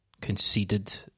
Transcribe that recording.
conceded